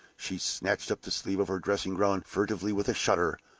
she snatched up the sleeve of her dressing-gown furtively, with a shudder.